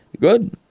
Good